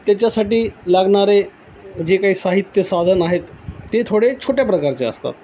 त्याच्यासाठी लागणारे जे काही साहित्य साधन आहेत ते थोडे छोट्या प्रकारचे असतात